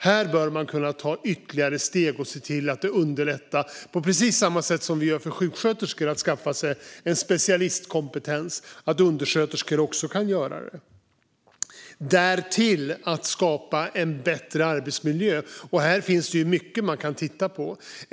Här bör man ta ytterligare steg och se till att underlätta för undersköterskor, precis som vi gör för sjuksköterskor, att skaffa sig en specialistkompetens. Därtill måste en bättre arbetsmiljö skapas. Här finns mycket vi kan titta på.